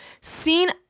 seen